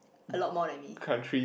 a lot more than me